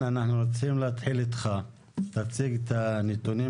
תציג את הנתונים